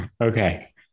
Okay